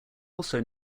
also